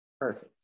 Perfect